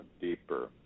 deeper